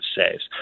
saves